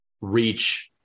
reach